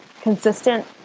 consistent